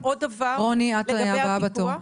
רוני, את הבאה בתור.